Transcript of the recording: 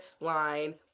line